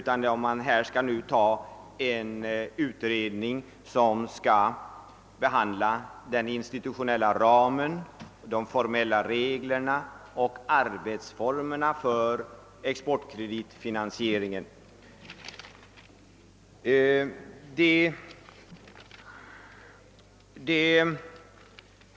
Vad som föreslås är en utredning som skall behandla den institutionella ramen, de formella reglerna och arbetsformerna för exportkreditfinansieringen.